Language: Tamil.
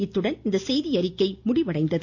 இத்துடன் இந்த செய்தியறிக்கை முடிவடைந்தது